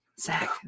Zach